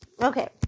Okay